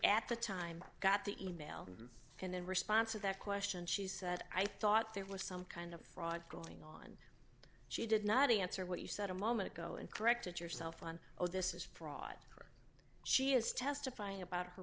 at the time got the e mail and in response to that question she said i thought there was some kind of fraud going on she did not answer what you said a moment ago and corrected yourself on oh this is fraud or she is testifying about her